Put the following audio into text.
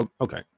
okay